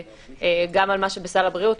גם למה שבסל הבריאות,